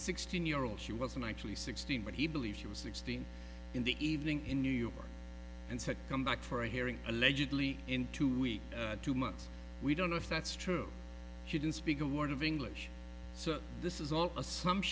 sixteen year old she wasn't actually sixteen but he believes she was sixteen in the evening in new york and said come back for a hearing allegedly in two weeks to months we don't know if that's true she didn't speak a word of english so this is all assump